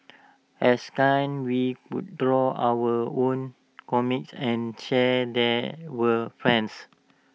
as we would draw our own comics and share they with friends